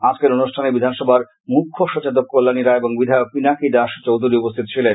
আজকের অনুষ্ঠানে বিধানসভার মুখ্যসচেতক কল্যানী রায় এবং বিধায়ক পিনাকি দাস চৌধুরী উপস্হিত ছিলেন